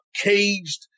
caged